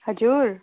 हजुर